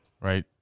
Right